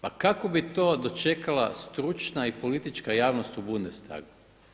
Pa kako bi to dočekala stručna i politička javnost u Bundestagu?